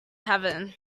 heaven